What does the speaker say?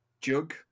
jug